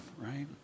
right